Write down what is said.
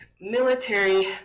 military